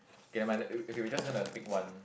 okay never mind okay okay we just gonna pick one